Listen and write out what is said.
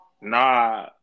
Nah